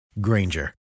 Granger